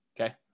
okay